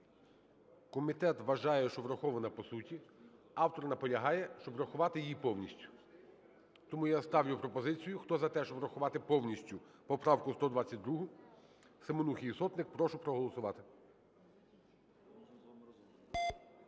Комітет вважає, що врахована по суті. Автор наполягає, щоб врахувати її повністю. Тому я ставлю пропозицію: хто за те, щоб врахувати повністю поправку 122 Семенухи і Сотник, прошу проголосувати.